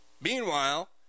meanwhile